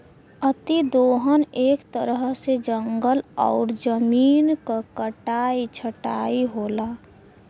अति दोहन एक तरह से जंगल और जमीन क कटाई छटाई होला